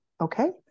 okay